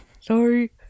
Sorry